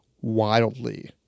wildly